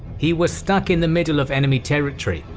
he was stuck in the middle of enemy territory,